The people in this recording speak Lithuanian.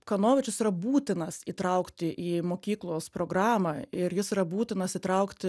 kanovičius yra būtinas įtraukti į mokyklos programą ir jis yra būtinas įtraukti